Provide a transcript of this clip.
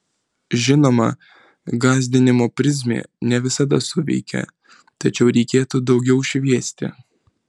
žinoma gąsdinimo prizmė ne visada suveikia tačiau reikėtų daugiau šviesti